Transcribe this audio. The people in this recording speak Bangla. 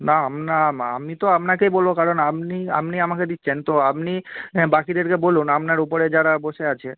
না না আমি তো আপনাকে বলব কারণ আপনি আপনি আমাকে দিচ্ছেন তো আপনি বাকিদেরকে বলুন আপনার ওপরে যারা বসে আছে